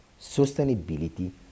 sustainability